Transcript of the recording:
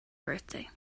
birthday